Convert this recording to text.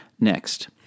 Next